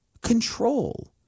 Control